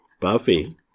Buffy